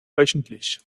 wöchentlich